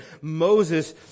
Moses